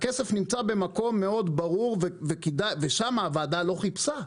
הכסף נמצא במקום מאוד ברור ושמה הוועדה לא חיפשה,